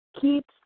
keeps